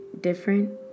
different